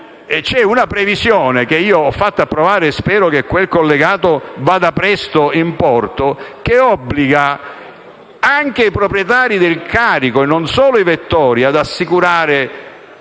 è una previsione - che ho fatto approvare e spero che quel collegato vada presto in porto - che obbliga anche i proprietari del carico, non solo i vettori, ad assicurare